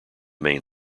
main